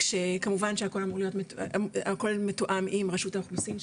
כשכמובן שהכול מתואם עם רשות האוכלוסין,